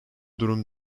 durum